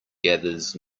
gathers